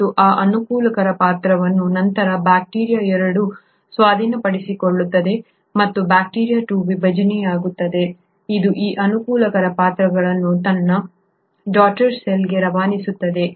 ಮತ್ತು ಆ ಅನುಕೂಲಕರ ಪಾತ್ರವನ್ನು ನಂತರ ಬ್ಯಾಕ್ಟೀರಿಯಾ 2 ಸ್ವಾಧೀನಪಡಿಸಿಕೊಳ್ಳುತ್ತದೆ ಮತ್ತು ಬ್ಯಾಕ್ಟೀರಿಯಾ2 ವಿಭಜನೆಯಾಗುತ್ತದೆ ಇದು ಈ ಅನುಕೂಲಕರ ಪಾತ್ರಗಳನ್ನು ತನ್ನ ಮಗಡಾಟರ್ ಸೆಲ್ಗೆ ರವಾನಿಸುತ್ತದೆ